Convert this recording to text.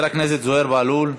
חבר הכנסת זוהיר בהלול.